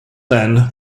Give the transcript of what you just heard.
then